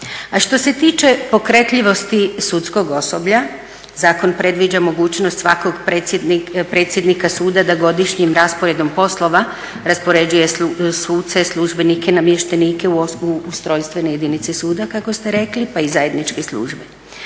A što se tiče pokretljivosti sudskog osoblja zakon predviđa mogućnost svakog predsjednika suda da godišnjim rasporedom poslova raspoređuje suce, službenike, namještenike u ustrojstvene jedinice suda kako ste rekli, pa i zajedničke službe.